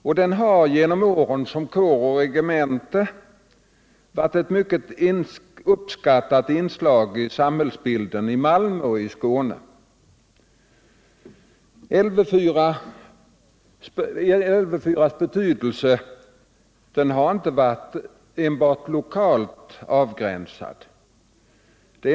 Och den har genom åren, som kår och regemente, varit ett mycket uppskattat inslag i samhällsbilden i Malmö och i Skåne. Betydelsen av Lv 4 har inte varit lokalt avgränsad.